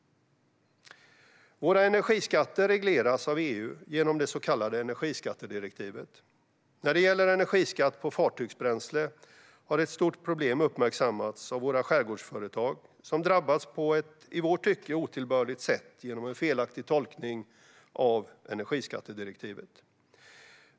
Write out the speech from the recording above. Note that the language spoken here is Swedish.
Våra energiskatter regleras av EU genom det så kallade energiskattedirektivet. När det gäller energiskatt på fartygsbränsle har ett stort problem uppmärksammats av våra skärgårdsföretag, som drabbas på ett i vårt tycke otillbörligt sätt genom en felaktig tolkning av energiskattedirektivet.